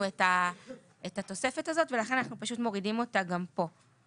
את התוספת הזאת ולכן אנחנו פשוט מורידים אותה גם פה.